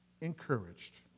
encouraged